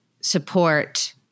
support